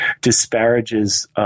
disparages –